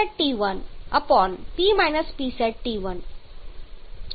622PsatP Psat અહીં કુલ pressure આપવામાં આવ્યું નથી